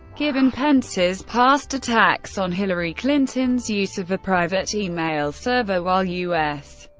given pence's past attacks on hillary clinton's use of a private email server while u s.